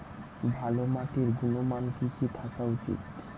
ভালো মাটির গুণমান কি কি থাকা উচিৎ?